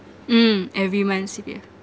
mm every month C_P_F